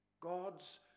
God's